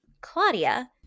Claudia